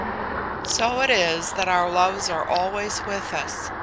so it is that our loves are always with us,